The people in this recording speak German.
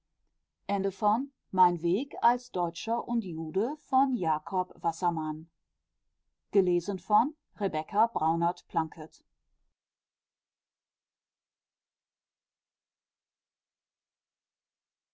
als deutscher und jude von